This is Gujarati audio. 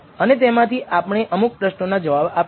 અને તેમાંથી આપણે અમુક પ્રશ્નોના જવાબ આપશું